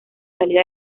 salida